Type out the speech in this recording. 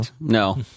No